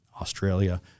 Australia